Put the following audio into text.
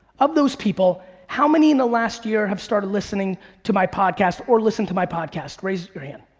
of those people, how many in the last year have started listening to my podcast or listened to my podcast? raise your hand.